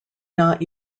not